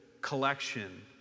collection